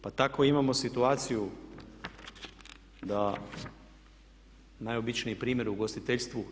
Pa tako imamo situaciju da najobičniji primjer u ugostiteljstvu.